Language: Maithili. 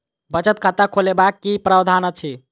बचत खाता खोलेबाक की प्रावधान अछि?